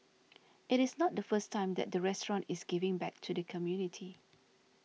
it is not the first time that the restaurant is giving back to the community